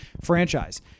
franchise